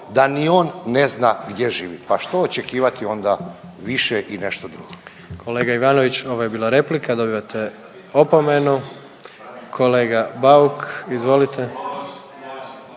da ni on ne zna gdje živi, pa što očekivati onda više i nešto drugo. **Jandroković, Gordan (HDZ)** Kolega Ivanović, ovo je bila replika, dobivate opomenu. Kolega Bauk, izvolite.